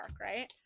right